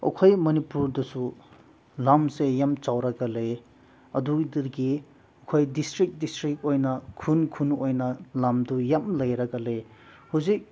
ꯑꯩꯈꯣꯏ ꯃꯅꯤꯄꯨꯔꯗꯁꯨ ꯂꯝꯁꯦ ꯌꯥꯝ ꯆꯥꯎꯔꯒ ꯂꯩꯌꯦ ꯑꯗꯨꯗꯒꯤ ꯑꯩꯈꯣꯏ ꯗꯤꯁꯇ꯭ꯔꯤꯛ ꯗꯤꯁꯇ꯭ꯔꯤꯛ ꯑꯣꯏꯅ ꯈꯨꯟ ꯈꯨꯟ ꯑꯣꯏꯅ ꯂꯝꯗꯨ ꯌꯥꯝ ꯂꯩꯔꯒ ꯂꯩ ꯍꯧꯖꯤꯛ